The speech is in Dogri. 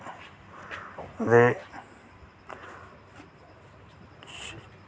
ते